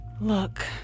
Look